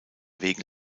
wegen